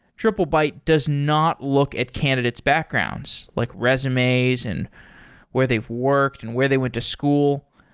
triplebyte does not look at candidate's backgrounds, like resumes and where they've worked and where they went to school.